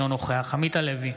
אינו נוכח עמית הלוי,